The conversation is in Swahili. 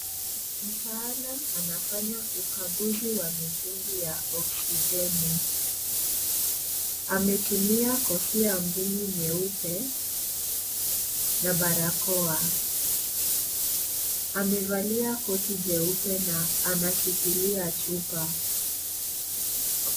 Mtaalam anafanya ukaguzi wa mitungi ya oksijeni. Ametumia kofia ngumu nyeupe na barakoa. Amevalia koti jeupe na anashikilia chupa.